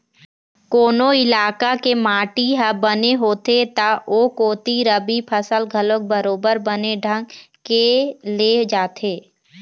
कोनो इलाका के माटी ह बने होथे त ओ कोती रबि फसल घलोक बरोबर बने ढंग के ले जाथे